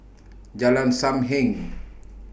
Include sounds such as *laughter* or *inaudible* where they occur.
Jalan SAM Heng *noise*